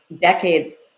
decades